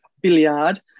Billiard